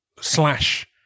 slash